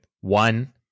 One